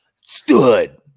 Stood